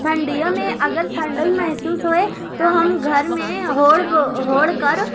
ٹھنڈیوں میں اگر ٹھنڈی محسوس ہوئے تو ہم گھر میں اوڑھ کر